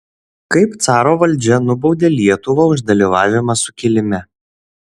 kaip caro valdžia nubaudė lietuvą už dalyvavimą sukilime